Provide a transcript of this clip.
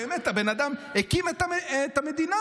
הבן אדם באמת הקים את המדינה.